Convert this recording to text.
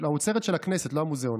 לא של המוזיאון,